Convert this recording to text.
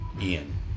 Ian